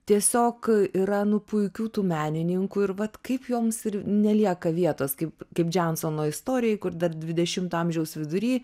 tiesiog yra nu puikių tų menininkų ir vat kaip joms ir nelieka vietos kaip kaip džiansono istorijoj kur dar dvidešimto amžiaus vidury